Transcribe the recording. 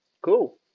cool